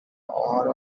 out